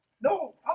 No